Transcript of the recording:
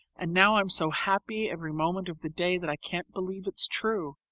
and now i am so happy every moment of the day that i can't believe it's true.